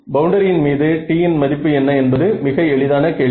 பவுண்டரியின் மீது T இன் மதிப்பு என்ன என்பது மிக எளிதான கேள்வி